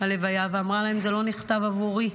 ללוויה ואמרה להם: זה לא נכתב עבורי.